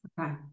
Okay